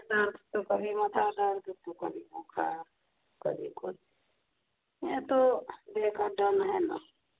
पेट दर्द तो कभी मथा दर्द तो कभी बुखार कभी कुछ ये तो देह का दम है ना